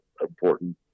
important